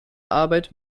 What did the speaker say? arbeit